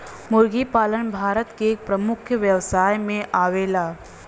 मुर्गी पालन भारत के एक प्रमुख व्यवसाय में आवेला